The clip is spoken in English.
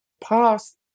past